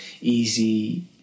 easy